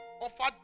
Offered